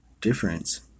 difference